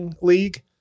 league